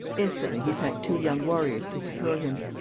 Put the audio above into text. instantly he sent two young warriors to secure him.